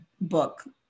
book